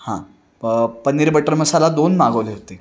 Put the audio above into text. हां प पनीर बटर मसाला दोन मागवले होते